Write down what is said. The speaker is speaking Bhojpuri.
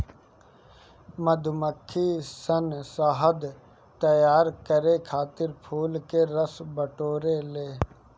मधुमक्खी सन शहद तैयार करे खातिर फूल के रस बटोरे ले